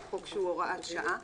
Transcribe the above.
הוא חוק שהוא הוראת שעה.